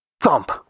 Thump